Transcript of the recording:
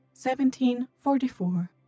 1744